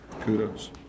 Kudos